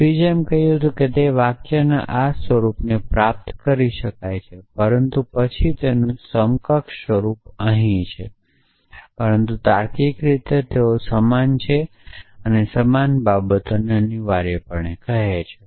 ફ્રીજે એમ કહ્યું કે તે વાક્યના આ સ્વરૂપને પ્રાપ્ત કરી શકે છે પરંતુ પછી તેનું સમકક્ષ સ્વરૂપ અહીં છે પરંતુ તાર્કિક રીતે તેઓ સમાન છે તેઓ સમાન બાબતોને અનિવાર્યપણે કહે છે